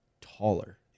taller